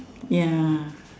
ya